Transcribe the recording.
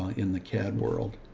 in the cad world.